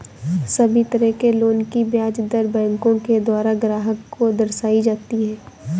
सभी तरह के लोन की ब्याज दर बैंकों के द्वारा ग्राहक को दर्शाई जाती हैं